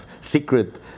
secret